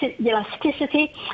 Elasticity